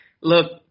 Look –